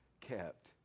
kept